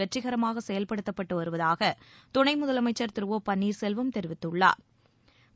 வெற்றிகரமாக செயல்படுத்தப்பட்டு வருவதாக துணை முதலமைச்ச் திரு ஓ பன்னீர்செல்வம் தெரிவித்துள்ளா்